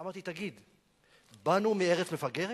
אמרתי: תגיד, באנו מארץ מפגרת?